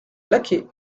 laquais